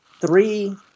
three